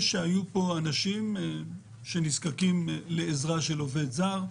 והיו אנשים שהזדקקו לעזרה של עובד זר.